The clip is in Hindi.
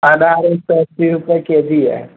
अनार एक सौ अस्सी रुपये के जी है